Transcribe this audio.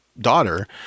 daughter